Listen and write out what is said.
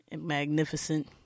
magnificent